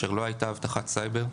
כאשר לא הייתה אבטחת סייבר,